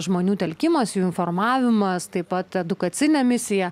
žmonių telkimas jų informavimas taip pat edukacinė misija